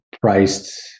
priced